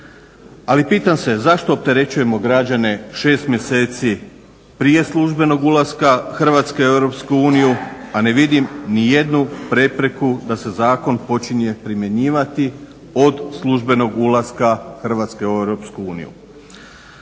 Ali pitam se zašto opterećujemo građane 6 mjeseci prije službenog ulaska Hrvatske u Europsku uniju, a ne vidim nijednu prepreku da se zakon počinje primjenjivati od službenog ulaska Hrvatske u